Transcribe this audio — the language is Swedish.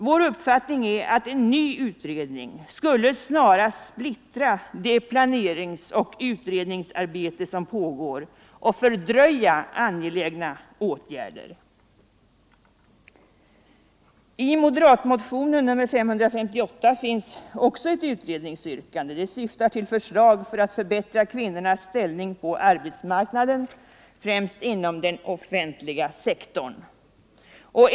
Vår uppfattning är att en ny utredning snarast skulle splittra det pla Nr 130 neringsoch utredningsarbete som pågår och fördröja angelägna åtgärder. Torsdagen den I moderatmotionen 558 finns också ett utredningsyrkande, syftande 28 november 1974 till att förbättra kvinnornas ställning på arbetsmarknaden, främst inom den offentliga sektorn.